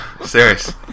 serious